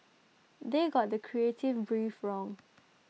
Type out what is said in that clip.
they got the creative brief wrong